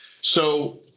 So-